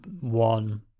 one